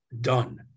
done